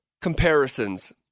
comparisons